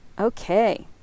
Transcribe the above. Okay